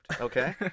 okay